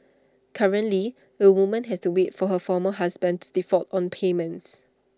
currently A woman has to wait for her former husband to default on payments